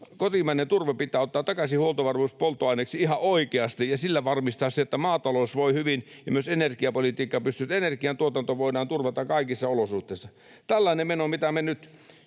Kotimainen turve pitää ottaa takaisin huoltovarmuuspolttoaineeksi ihan oikeasti ja sillä varmistaa se, että maatalous voi hyvin ja myös että energiantuotanto voidaan turvata kaikissa olosuhteissa. Tällainen meno, mitä me nyt...